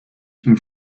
and